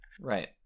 Right